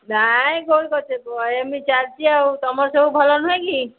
ନାଇଁ କ'ଣ କରୁଛ କୁହ ଏମିତି ଚାଲିଛି ଆଉ ତୁମର ସବୁ ଭଲ ନୁହେଁ କି